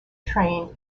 trained